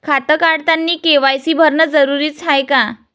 खातं काढतानी के.वाय.सी भरनं जरुरीच हाय का?